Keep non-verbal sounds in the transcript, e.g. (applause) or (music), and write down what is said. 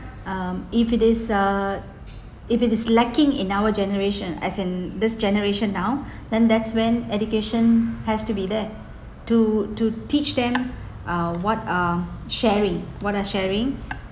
um if it is a if it is lacking in our generation as in this generation now (breath) then that's when education has to be there to to teach them uh what are sharing what are sharing